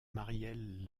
marielle